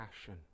passion